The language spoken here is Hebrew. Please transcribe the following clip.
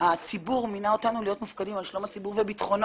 הציבור מינה אותנו להיות מופקדים על שלום הציבור וביטחונו.